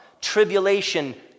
Tribulation